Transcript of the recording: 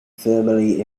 thermally